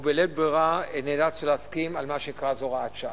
ובלית ברירה נאלצנו להסכים על מה שנקרא אז הוראת שעה.